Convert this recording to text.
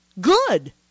Good